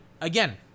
Again